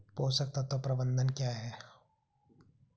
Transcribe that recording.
पोषक तत्व प्रबंधन क्या है?